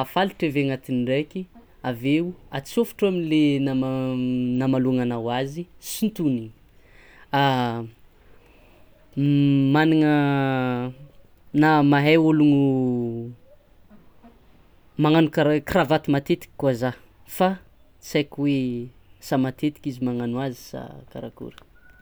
afalitry avy agnatiny ndraiky, aveo atsôfotro amy le nama- namalaognanao azy, sintomigny, managna na mahay ôlogno magnano cr- cravatte matetiky koa zaha fa tsy haiky hoe sa matetiky izy magnano azy sa karakôry?